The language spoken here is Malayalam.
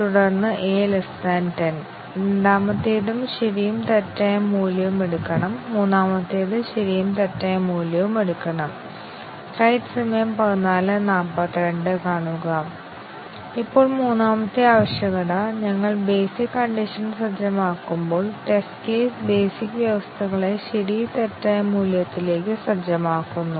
ഇത് കംപൈലറിന്റെ ഒരു ഷോർട്ട് സർക്യൂട്ട് മൂല്യനിർണ്ണയത്തിന്റെ ഒരു ഉദാഹരണം മാത്രമാണ് കാര്യങ്ങൾ കൂടുതൽ സങ്കീർണ്ണമാക്കുന്നതിന് ഷോർട്ട് സർക്യൂട്ട് വിലയിരുത്തൽ കംപൈലർ അനുസരിച്ച് വ്യത്യാസപ്പെടുന്നു എല്ലാ കംപൈലറുകളും ഒരു കണ്ടീഷണൽ എക്സ്പ്രെഷൻ വിലയിരുത്തുന്നുവെന്ന് അനുമാനിക്കാൻ ഞങ്ങൾക്ക് കഴിയില്ല